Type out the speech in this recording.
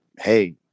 hey